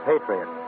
patriot